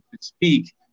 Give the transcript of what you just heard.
speak